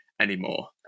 anymore